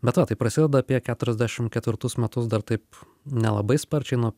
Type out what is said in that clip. bet va tai prasideda apie keturiasdešimt ketvirtus metus dar taip nelabai sparčiai nuo